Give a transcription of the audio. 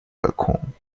balkon